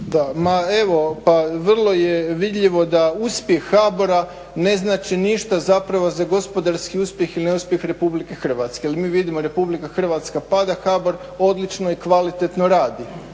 Ma evo, pa vrlo je vidljivo da uspjeh HBOR ne znači ništa zapravo za gospodarski uspjeh ili neuspjeh Republike Hrvatske. Jer mi vidimo Republika Hrvatska pada, HBOR odlično i kvalitetno radi.